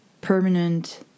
permanent